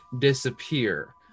disappear